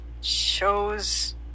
shows